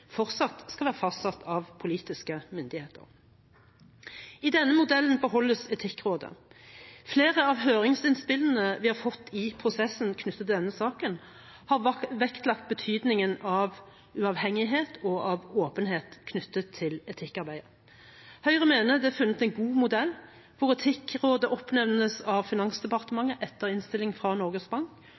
fortsatt skal være fastsatt av politiske myndigheter. I denne modellen beholdes Etikkrådet. Flere av høringsinnspillene vi har fått i prosessen knyttet til denne saken, har vektlagt betydningen av uavhengighet og åpenhet knyttet til etikkarbeidet. Høyre mener det er funnet en god modell, hvor Etikkrådet oppnevnes av Finansdepartementet etter innstilling fra Norges Bank,